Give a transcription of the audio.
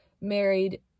married